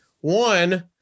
one